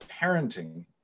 parenting